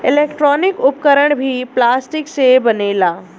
electronic उपकरण भी plastic से बनेला